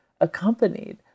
accompanied